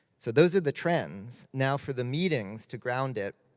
so those are the trends. now, for the meetings, to ground it.